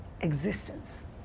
existence